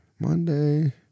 Monday